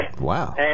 Wow